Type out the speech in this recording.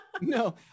no